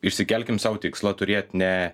išsikelkim sau tikslą turėt ne